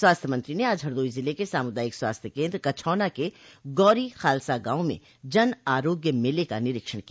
स्वास्थ्य मंत्री ने आज हरदोई ज़िले के सामुदायिक स्वास्थ्य केन्द्र कछौना के गौरी खालसा गांव में जन आरोग्य मेले का निरीक्षण किया